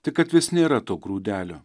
tik kad vis nėra to grūdelio